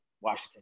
Washington